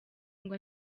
ngo